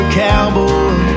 cowboy